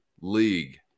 league